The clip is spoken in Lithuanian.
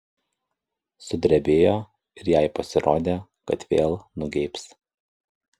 sudrebėjo ir jai pasirodė kad vėl nugeibs